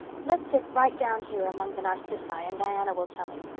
let's sit right down here among the narcissi and diana will tell it.